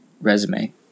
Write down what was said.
resume